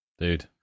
Dude